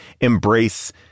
embrace